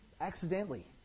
accidentally